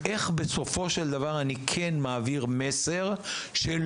איך בסופו של דבר אני כן מעביר מסר שלא